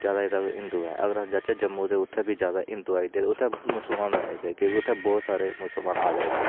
जादातर हिन्दू ऐ अगर अस जाचै जम्मू ते उ'त्थें बी जादा हिन्दू आई दे उ'त्थें मुसलमान आई दे जेह्के उ'त्थें बहोत सारे मुसलमान आ दे उ'त्थें